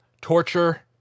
Torture